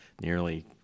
nearly